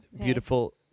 Beautiful